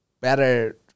better